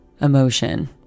emotion